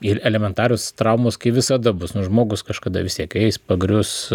ir elementarios traumos kai visada bus nu žmogus kažkada vis tiek eis pagrius